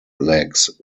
legs